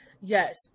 Yes